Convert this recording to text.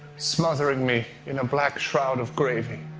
smothering me in a black shroud of gravy.